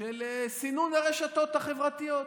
של סינון הרשתות החברתיות.